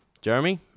Jeremy